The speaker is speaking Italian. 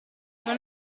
non